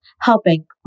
helping